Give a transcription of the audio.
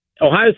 Ohio